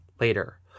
later